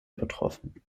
betroffen